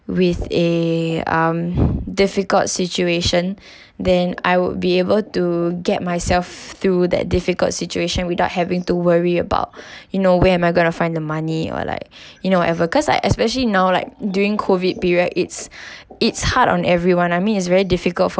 with a um difficult situation then I would be able to get myself through that difficult situation without having to worry about you know where am I gonna to find the money or like you know whatever cause like especially now like during COVID period it's it's hard on everyone I mean it's very difficult for